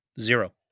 Zero